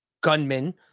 Gunmen